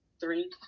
three